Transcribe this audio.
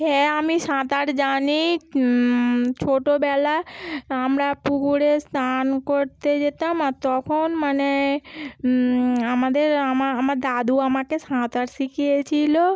হ্যাঁ আমি সাঁতার জানি ছোটবেলায় আমরা পুকুরে স্নান করতে যেতাম আর তখন মানে আমাদের আমার দাদু আমাকে সাঁতার শিখিয়েছিল